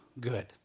good